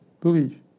believe